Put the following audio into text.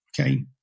okay